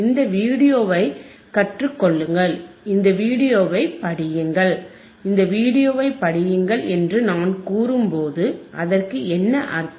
இந்த வீடியோவைக் கற்றுக் கொள்ளுங்கள் இந்த வீடியோவைப் படியுங்கள் இந்த வீடியோவைப் படியுங்கள் என்று நான் கூறும்போது அதற்கு என்ன அர்த்தம்